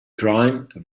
grime